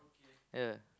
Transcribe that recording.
yeah